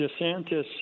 DeSantis